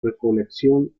recolección